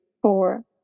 four